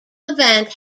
event